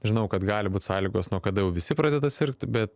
žinau kad gali būt sąlygos nuo kada jau visi pradeda sirgt bet